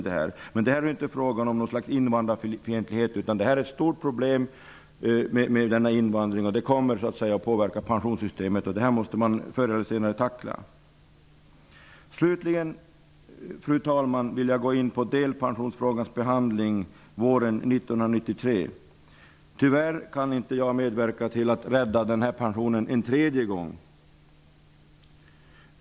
Det är inte fråga om invandrarfientlighet, men invandringen kommer att påverka pensionssystemet och det problemet måste man förr eller senare tackla. Därefter vill jag gå in på delpensionsfrågans behandling våren 1993. Tyvärr kan jag inte medverka till att rädda denna pension en tredje gång.